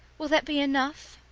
will that be enough?